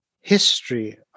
history